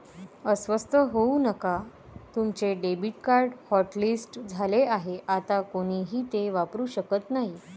अस्वस्थ होऊ नका तुमचे डेबिट कार्ड हॉटलिस्ट झाले आहे आता कोणीही ते वापरू शकत नाही